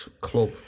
club